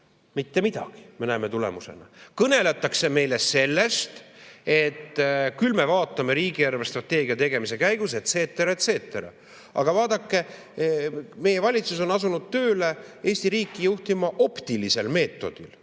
mitte midagi, nagu me näeme tulemusena. Kõneletakse meile sellest, et küll me vaatame riigi eelarvestrateegia tegemise käigus, et cetera, et cetera. Aga vaadake, meie valitsus on asunud tööle, Eesti riiki juhtima optilisel meetodil.